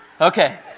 Okay